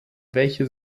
welche